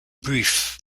brief